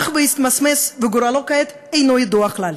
הלך והתמסמס וגורלו כעת אינו ידוע כלל.